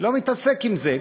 אני לא מתעסק עם זה.